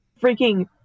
freaking